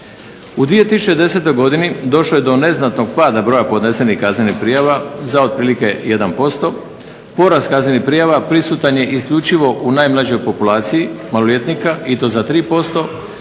U 2010. godini došlo je do neznatnog pada podnesenih kaznenih prijava za otprilike 1%, porast kaznenih prijava prisutan je isključivo u najmlađoj populaciji maloljetnika i to za 30%